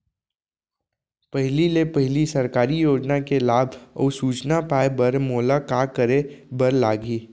पहिले ले पहिली सरकारी योजना के लाभ अऊ सूचना पाए बर मोला का करे बर लागही?